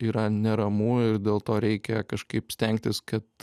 yra neramu ir dėl to reikia kažkaip stengtis kad